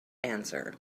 answer